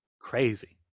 Crazy